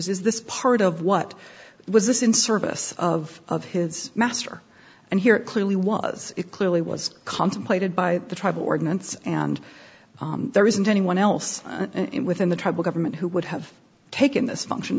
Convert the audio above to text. this part of what was this in service of of his master and here it clearly was it clearly was contemplated by the tribal ordinance and there isn't anyone else in within the tribal government who would have taken this function